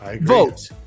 vote